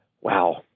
Wow